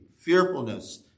fearfulness